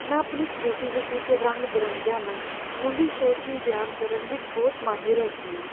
ਮੈਂ ਆਪਣੀ ਕ੍ਰੀਏਟੀਵਿਟੀ 'ਤੇ ਰੰਗ ਬਿਰੰਗੀਆਂ ਨਾਲ ਨਵੀਂ ਸੋਚ ਨੂੰ ਬਿਆਨ ਕਰਨ ਵਿੱਚ ਬਹੁਤ ਮਾਹਿਰ ਹੈਗੀ ਹਾਂ